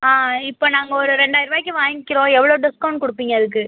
ஆ இப்போ நாங்கள் ஒரு ரெண்டாயர ரூபாய்க்கி வாங்கிக்கிறோம் எவ்வளோ டிஸ்கவுண்ட் கொடுப்பீங்க அதுக்கு